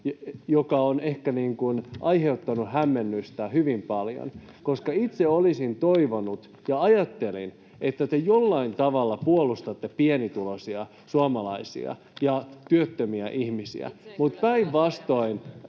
joka on ehkä aiheuttanut hämmennystä hyvin paljon, koska itse olisin toivonut ja ajattelin, että te jollain tavalla puolustatte pienituloisia suomalaisia ja työttömiä ihmisiä, mutta päinvastoin.